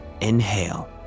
Inhale